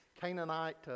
Canaanite